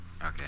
Okay